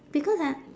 because I